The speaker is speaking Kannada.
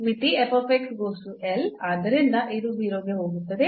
ಮಿತಿ ಆದ್ದರಿಂದ ಇದು 0 ಕ್ಕೆ ಹೋಗುತ್ತದೆ